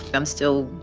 but i'm still,